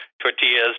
tortillas